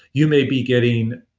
you may be getting